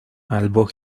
albo